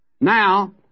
Now